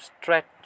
stretch